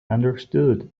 understood